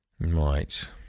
right